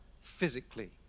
physically